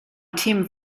themen